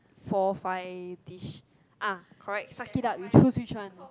four five dish ah correct suck it up you choose which one